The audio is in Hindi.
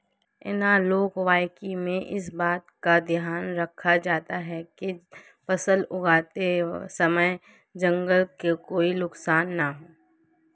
एनालॉग वानिकी में इस बात का ध्यान रखा जाता है कि फसलें उगाते समय जंगल को नुकसान ना हो